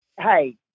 hey